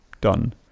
done